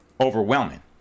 overwhelming